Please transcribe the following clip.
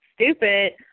stupid